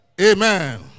Amen